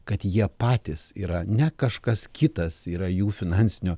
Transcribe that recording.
kad jie patys yra ne kažkas kitas yra jų finansinio